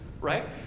right